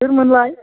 सोरमोनलाय